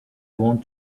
want